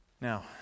Now